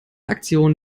aktion